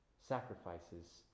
sacrifices